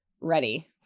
ready